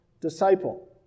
disciple